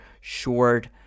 short